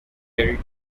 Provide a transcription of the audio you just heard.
tilted